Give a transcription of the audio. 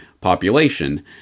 population